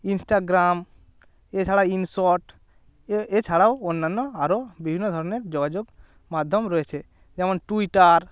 Instagram এছাড়া Inshorts এছাড়াও অন্যান্য আরও বিভিন্ন ধরনের যোগাযোগ মাধ্যম রয়েছে যেমন টুইটার